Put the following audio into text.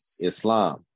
Islam